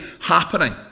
happening